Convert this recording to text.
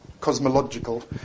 cosmological